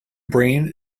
brain